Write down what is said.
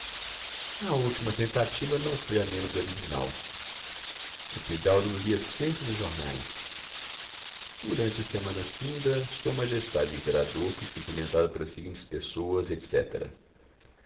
a última tentativa não foi a menos original epidauro lia sempre nos jornais durante a semana finda s m o imperador foi cumprimentado pelas seguintes pessoas etc